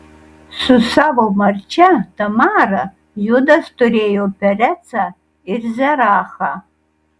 su savo marčia tamara judas turėjo perecą ir zerachą